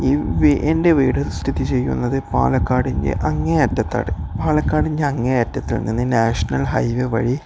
ഈ എൻ്റെ വീട് സ്ഥിതി ചെയ്യുന്നത് പാലക്കാടിൻ്റെ അങ്ങേയറ്റത്താണ് പാലക്കാടിൻ്റെ അങ്ങേയറ്റത്തു നിന്ന് നാഷണൽ ഹൈവേ വഴി